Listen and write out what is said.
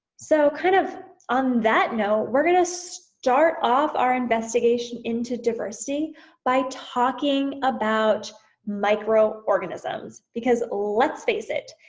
so kind of on that note we're gonna start off our investigation into diversity by talking about micro organisms because let's face it.